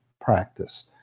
practice